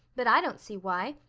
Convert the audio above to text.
but i don't see why.